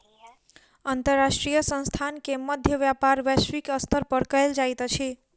अंतर्राष्ट्रीय संस्थान के मध्य व्यापार वैश्विक स्तर पर कयल जाइत अछि